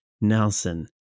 Nelson